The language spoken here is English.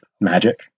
Magic